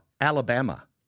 Alabama